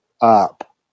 up